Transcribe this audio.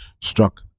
struck